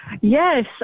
Yes